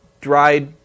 dried